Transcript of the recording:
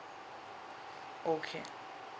okay